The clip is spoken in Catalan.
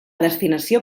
destinació